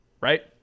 Right